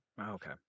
Okay